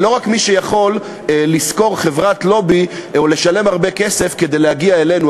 ולא רק מי שיכול לשכור חברת לובי או לשלם הרבה כסף כדי להגיע אלינו.